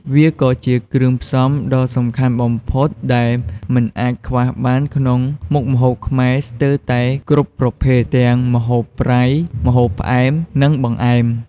វាក៏ជាគ្រឿងផ្សំដ៏សំខាន់បំផុតដែលមិនអាចខ្វះបានក្នុងមុខម្ហូបខ្មែរស្ទើរតែគ្រប់ប្រភេទ ទាំងម្ហូបប្រៃ ម្ហូបផ្អែម និងបង្អែម។